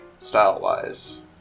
style-wise